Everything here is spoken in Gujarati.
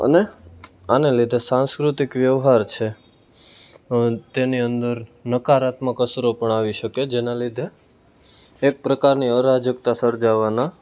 અને આને લીધે સાંસ્કૃતિક વ્યવહાર છે તેની અંદર નકારાત્મક અસરો પણ આવી શકે જેના લીધે અનેક પ્રકારની અરાજકતા સર્જાવાના